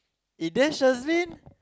eh there Shazlin